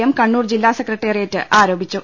M Kannur ജില്ലാ secretariat ആരോപിച്ചു